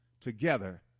together